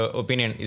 opinion